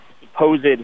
supposed